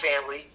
family